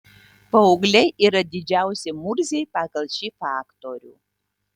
paaugliai yra didžiausi murziai pagal šį faktorių